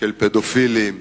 של פדופילים,